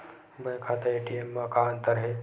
Bank खाता ATM मा का अंतर हे?